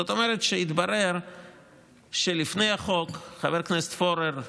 זאת אומרת, התברר שלפני החוק, חבר הכנסת פורר,